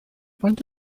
faint